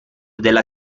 della